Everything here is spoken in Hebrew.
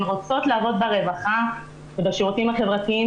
רוצות לעבוד ברווחה ובשירותים החברתיים,